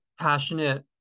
passionate